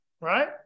right